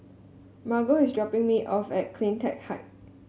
Margo is dropping me off at CleanTech Height